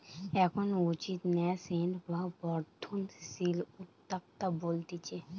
এখন উঠতি ন্যাসেন্ট বা বর্ধনশীল উদ্যোক্তা বলতিছে